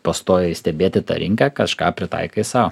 pastoviai stebėti tą rinką kažką pritaikai sau